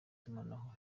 itumanaho